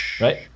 Right